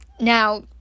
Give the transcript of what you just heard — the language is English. Now